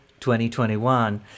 2021